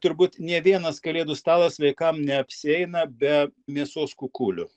turbūt nė vienas kalėdų stalas vaikam neapsieina be mėsos kukulių